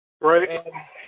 Right